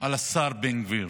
על השר בן גביר,